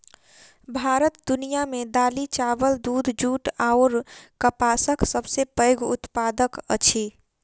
भारत दुनिया मे दालि, चाबल, दूध, जूट अऔर कपासक सबसे पैघ उत्पादक अछि